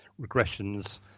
regressions